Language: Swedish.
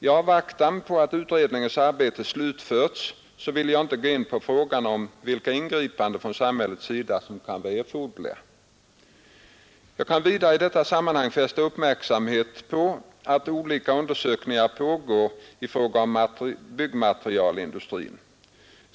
I avvaktan på att utredningens arbete slutförs vill jag inte gå in på frågan om vilka ingripanden från samhällets sida som kan vara erforderliga. Jag kan vidare i detta sammanhang fästa uppmärksamheten på att olika undersökningar pågår i fråga om byggnadsmaterialindustrin.